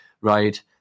right